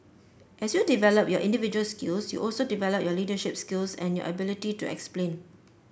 as you develop your individual skills you also develop your leadership skills and your ability to explain